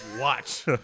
watch